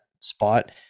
spot